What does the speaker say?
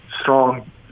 strong